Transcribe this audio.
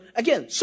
again